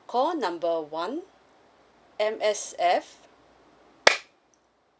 call number one M_S_F